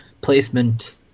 placement